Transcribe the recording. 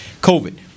COVID